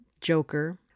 Joker